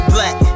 Black